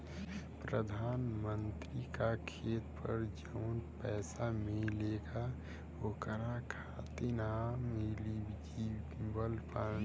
प्रधानमंत्री का खेत पर जवन पैसा मिलेगा ओकरा खातिन आम एलिजिबल बानी?